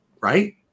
right